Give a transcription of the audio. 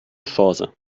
chance